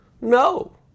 No